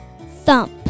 Thump